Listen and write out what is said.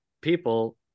people